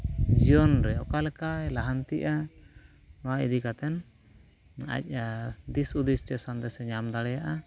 ᱡᱤᱭᱚᱱ ᱨᱮ ᱚᱠᱟ ᱞᱮᱠᱟᱭ ᱞᱟᱦᱟᱱᱛᱤᱜᱼᱟ ᱚᱱᱟ ᱤᱫᱤ ᱠᱟᱛᱮᱫ ᱟᱡ ᱟᱨ ᱫᱤᱥ ᱦᱩᱫᱤᱥ ᱥᱮ ᱥᱟᱸᱫᱮᱥᱮ ᱧᱟᱢ ᱫᱟᱲᱮᱭᱟᱜᱼᱟ